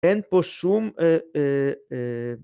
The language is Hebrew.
אין פה שום